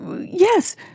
yes